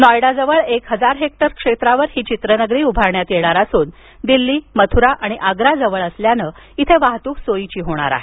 नॉयडाजवळ एक हजार हेक्टर क्षेत्रावर ही चित्रनगरी उभारण्यात येणार असून दिल्ली मथुरा आणि आग्रा जवळ असल्यानं इथे वाहतूक सोयीची होणार आहे